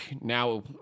now